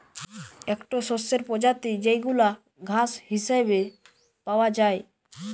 একটো শস্যের প্রজাতি যেইগুলা ঘাস হিসেবে পাওয়া যায়